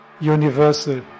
universal